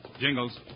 Jingles